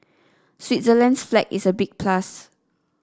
Switzerland's flag is a big plus